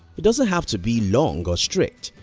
it doesn't have to be long or strict,